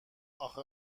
اخه